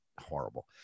horrible